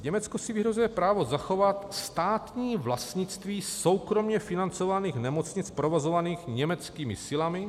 Německo si vyhrazuje právo zachovat státní vlastnictví soukromě financovaných nemocnic provozovaných německými silami.